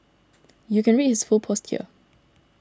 you can read his full post here